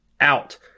out